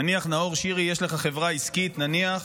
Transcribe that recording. נניח, נאור שירי, יש לך חברה עסקית, נניח,